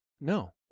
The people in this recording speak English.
No